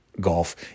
golf